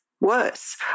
worse